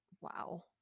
wow